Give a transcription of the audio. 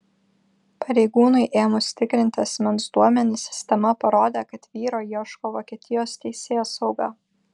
pareigūnui ėmus tikrinti asmens duomenis sistema parodė kad vyro ieško vokietijos teisėsauga